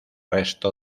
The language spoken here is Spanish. resto